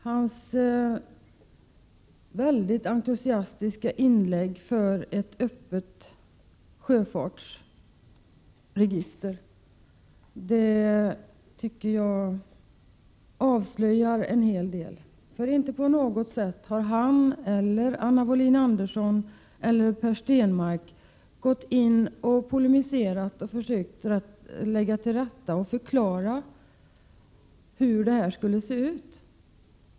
Hans mycket entusiastiska inlägg för ett öppet sjöfartsregister avslöjar en hel del, tycker jag. Inte på något sätt har han, Anna Wohlin-Andersson eller Per Stenmarck gått i polemik, försökt lägga till rätta eller förklara hur det skulle se ut.